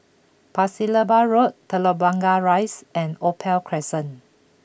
Pasir Laba Road Telok Blangah Rise and Opal Crescent